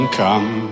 come